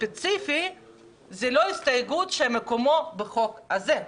זאת לא הסתייגות שמקומה בחוק הזה.